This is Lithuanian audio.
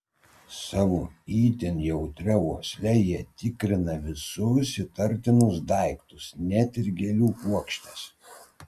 savo itin jautria uosle jie tikrina visus įtartinus daiktus net ir gėlių puokštes